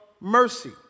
Mercy